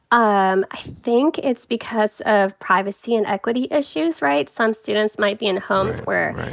um i think it's because of privacy and equity issues, right. some students might be in homes where